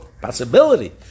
possibility